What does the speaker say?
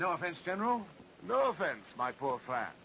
no offense general no offense my poor flat